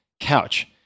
couch